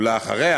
ולאחריה,